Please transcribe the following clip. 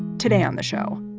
today on the show,